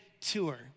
tour